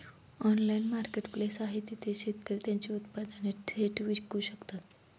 Online marketplace आहे जिथे शेतकरी त्यांची उत्पादने थेट विकू शकतात?